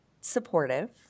supportive